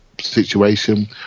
situation